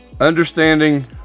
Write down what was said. understanding